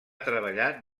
treballat